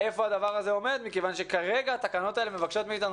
היכן הדבר הזה עומד מכיוון שכרגע התקנות האלה מבקשות מאתנו